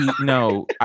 no